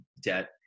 debt